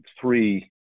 three